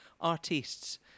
artists